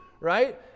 Right